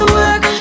work